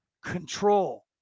Control